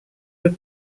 were